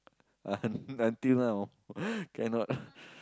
until now cannot